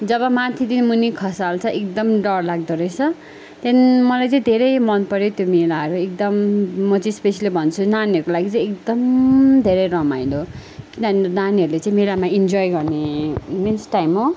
जब माथिदेखि मुनि खसाल्छ एकदम डर लाग्दोरहेछ त्यहाँदेखि मलाई चाहिँ धेरै मनपऱ्यो त्यो मेलाहरू एकदम म चाहिँ स्पेसल्ली भन्छु नानीहरूको लागि चाहिँ एकदम धेरै रमाइलो किनभने नानीहरूले चाहिँ मेलामा इन्जोय गर्ने मिन्स् टाइम हो